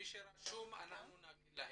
מי שרשום ניתן לו.